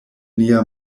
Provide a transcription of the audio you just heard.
nia